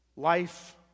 Life